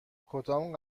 کدام